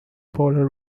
polar